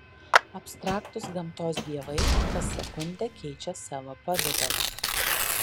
abstraktūs gamtos dievai kas sekundę keičią savo pavidalus